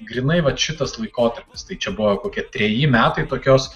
grynai vat šitas laikotarpis tai čia buvo kokie treji metai tokios